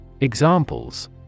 Examples